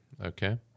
okay